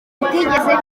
bitigeze